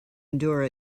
endure